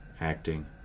acting